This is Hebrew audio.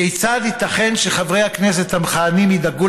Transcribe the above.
כיצד ייתכן שחברי הכנסת המכהנים ידאגו